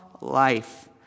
life